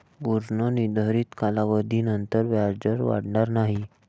पूर्व निर्धारित कालावधीनंतर व्याजदर वाढणार नाही